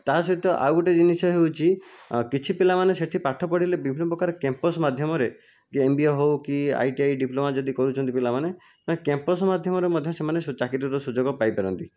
ତା ସହିତ ଆଉ ଗୋଟିଏ ଜିନିଷ ହେଉଛି କିଛି ପିଲାମାନେ ସେଠି ପାଠ ପଢ଼ିଲେ ବିଭିନ୍ନ ପ୍ରକାର କ୍ୟାମ୍ପସ ମାଧ୍ୟମରେକିଏ ଏମ ବି ଏ ହେଉ କି ଆଇ ଟି ଆଇ ଡିପ୍ଲୋମା ଯଦି କରୁଛନ୍ତି ପିଲାମାନେ ନା କ୍ୟାମ୍ପସ ମାଧ୍ୟମରେ ମଧ୍ୟ ସେମାନେ ସଚାକିରିର ସୁଯୋଗ ପାଇପାରନ୍ତି